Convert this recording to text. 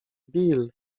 bill